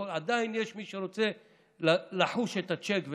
עדיין יש מי שרוצה לחוש את הצ'ק,